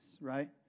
right